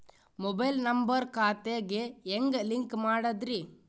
Mobile number ಖಾತೆ ಗೆ ಹೆಂಗ್ ಲಿಂಕ್ ಮಾಡದ್ರಿ?